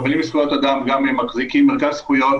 רבנים לזכויות אדם גם מחזיקים מרכז זכויות